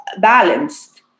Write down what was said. balanced